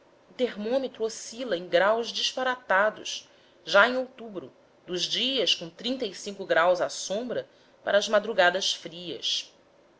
termômetro oscila em graus disparatados passando já em outubro dos dias omo à sombra para as madrugadas frias